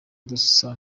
dusa